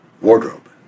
wardrobe